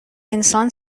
انسان